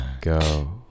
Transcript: go